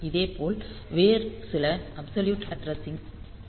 இதேபோல் வேறு சில அப்சொலியூட் அட்ரஸிங்க இருக்கும்